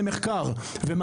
תכניות תעסוקה, הכשרות.